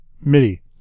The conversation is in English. MIDI